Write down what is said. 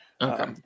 Okay